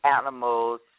animals